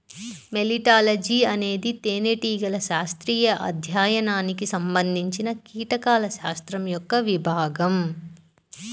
మెలిటాలజీఅనేది తేనెటీగల శాస్త్రీయ అధ్యయనానికి సంబంధించినకీటకాల శాస్త్రం యొక్క విభాగం